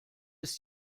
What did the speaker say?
ist